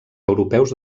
europeus